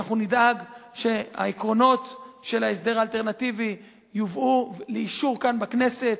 ואנחנו נדאג שהעקרונות של ההסדר האלטרנטיבי יובאו לאישור כאן בכנסת.